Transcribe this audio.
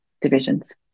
divisions